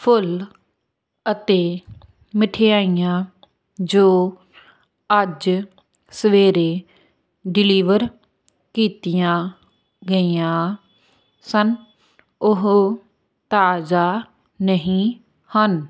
ਫੁੱਲ ਅਤੇ ਮਿਠਾਈਆਂ ਜੋ ਅੱਜ ਸਵੇਰੇ ਡਿਲੀਵਰ ਕੀਤੀਆਂ ਗਈਆਂ ਸਨ ਓਹ ਤਾਜ਼ਾ ਨਹੀਂ ਹਨ